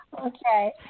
Okay